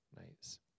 nights